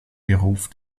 beruf